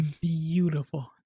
Beautiful